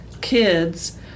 kids